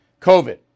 COVID